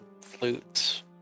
flutes